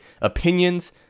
opinions